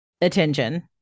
attention